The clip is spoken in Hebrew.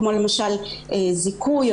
כמו זיכוי,